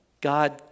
God